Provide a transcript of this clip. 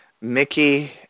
Mickey